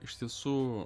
iš tiesų